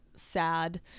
Sad